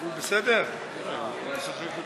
התשע"ז 2016,